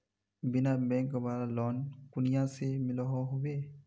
बिना बैंक वाला लोन कुनियाँ से मिलोहो होबे?